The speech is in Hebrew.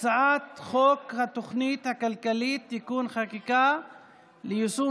הצעת חוק התוכנית הכלכלית (תיקוני חקיקה ליישום